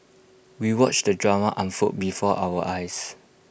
we watched the drama unfold before our eyes